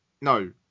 no